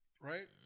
right